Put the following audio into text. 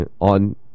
on